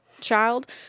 child